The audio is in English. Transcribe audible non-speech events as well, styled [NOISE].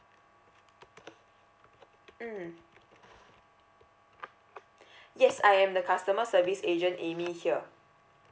mm [BREATH] yes I'm the customer service agent amy here